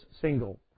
single